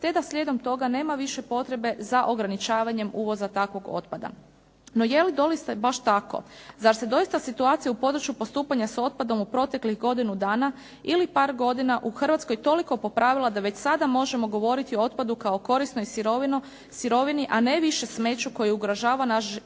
te da slijedom toga nema više potrebe za ograničavanjem uvoza takvog otpada. No je li doista baš tako? Zar se doista situacija u području postupanja s otpadom u proteklih godinu dana ili par godina u Hrvatskoj toliko popravila da već sada možemo govoriti o otpadu kao korisnoj sirovini, a ne više smeću koje ugrožava naš okoliš